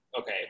okay